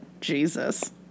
Jesus